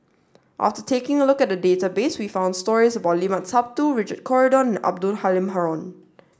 after taking a look at the database we found stories about Limat Sabtu Richard Corridon and Abdul Halim Haron